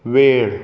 वेळ